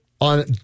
on